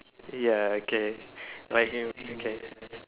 ya okay like him okay